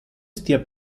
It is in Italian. stia